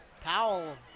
Powell